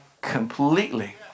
completely